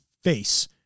face